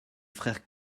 frère